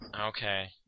Okay